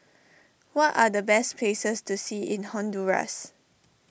what are the best places to see in Honduras